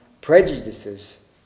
prejudices